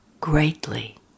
greatly